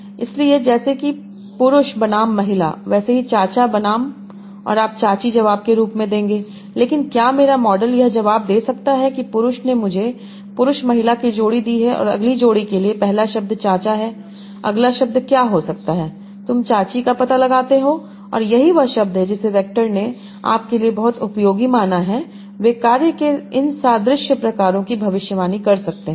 इसलिए जैसे कि पुरुष बनाम महिला वैसे ही चाचा बनाम और आप चाची जवाब के रूप में देंगे लेकिन क्या मेरा मॉडल यह जवाब दे सकता है कि पुरुष ने मुझे पुरुष महिला की जोड़ी दी है और अगली जोड़ी के लिए पहला शब्द चाचा है अगला शब्द क्या हो सकता है तुम चाची का पता लगाते हो और यही वह शब्द है जिसे वैक्टर ने आपके लिए बहुत उपयोगी माना है वे कार्य के इन सादृश्य प्रकारों की भविष्यवाणी कर सकते हैं